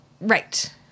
right